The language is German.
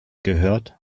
gehört